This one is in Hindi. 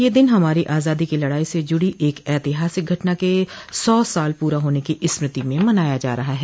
यह दिन हमारी आजादी की लड़ाई से जुड़ी एक ऐतिहासिक घटना के सौ साल पूरे होने की स्मृति में मनाया जा रहा है